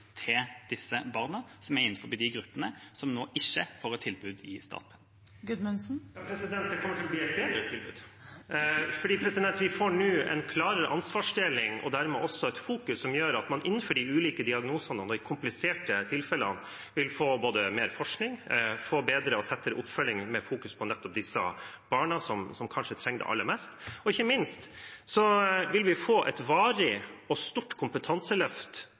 til de barna som er i de gruppene som nå ikke får et tilbud i Statped? Det kommer til å bli et bedre tilbud, for vi får nå en klarere ansvarsdeling og dermed også et fokus som gjør at man innenfor de ulike diagnosene og de kompliserte tilfellene vil få både mer forskning og bedre og tettere oppfølging av nettopp de barna som kanskje trenger det aller mest. Ikke minst vil vi få et varig og stort kompetanseløft